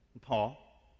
Paul